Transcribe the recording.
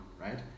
right